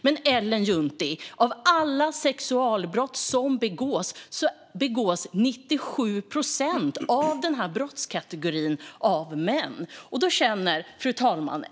Men, Ellen Juntti, av alla sexualbrott som begås är det 97 procent av den brottskategorin som begås av män. Fru talman!